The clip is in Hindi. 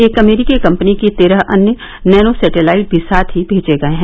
एक अमरीकी कंपनी के तेरह अन्य नैनो सैटेलाइट भी साथ ही भेजे गए हैं